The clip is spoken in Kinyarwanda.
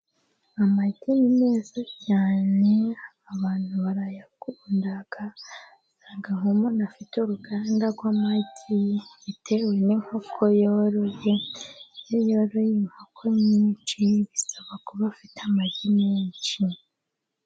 Amagi ni meza cyane, abantu barayakunda, usanga nk'umuntu afite uruganda rw'amagi bitewe n'inkoko yoroye, iyo yoroye inkoko nyinshi, bisaba kuba afite amagi menshi.